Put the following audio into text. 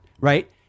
right